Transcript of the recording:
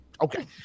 okay